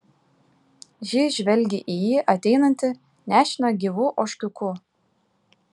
ji žvelgė į jį ateinantį nešiną gyvu ožkiuku